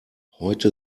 heute